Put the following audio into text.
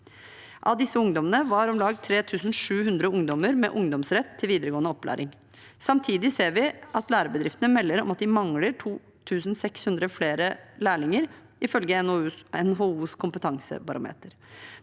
Av disse ungdommene var om lag 3 700 ungdommer med ungdomsrett til videregående opplæring. Samtidig ser vi at lærebedriftene melder om at de mangler 2 600 lærlinger, ifølge NHOs kompetansebarometer.